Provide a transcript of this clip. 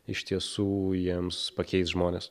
iš tiesų jiems pakeis žmones